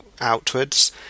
outwards